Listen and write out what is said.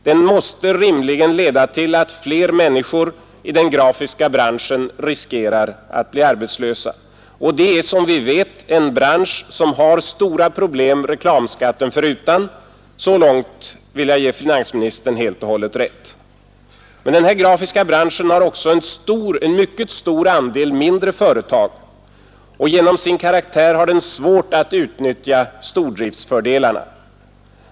Den måste rimligen leda till att fler människor i den grafiska branschen riskerar att bli arbetslösa. Det är som vi vet en bransch som har stora problem reklamskatten förutan — så långt vill jag ge finansministern helt och hållet rätt. Men den här grafiska branschen har också en mycket stor andel mindre företag, och genom sin karaktär har den svårt att utnyttja stordriftsfördelarna.